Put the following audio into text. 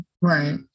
Right